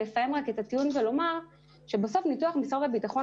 לסיים את הטיעון ולומר שבסוף ניתוח משרד הביטחון